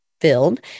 filled